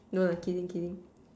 no lah kidding kidding